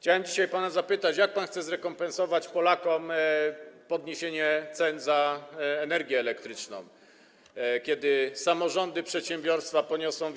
Chciałem dzisiaj pana zapytać, jak pan chce zrekompensować Polakom podniesienie cen za energię elektryczną, w wyniku czego samorządy, przedsiębiorstwa poniosą